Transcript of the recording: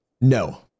No